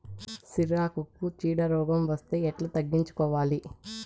సిరాకుకు చీడ రోగం వస్తే ఎట్లా తగ్గించుకోవాలి?